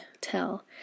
tell